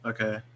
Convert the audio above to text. Okay